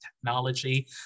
technology